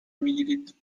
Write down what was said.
میگیرید